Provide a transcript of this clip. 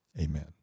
amen